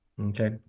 Okay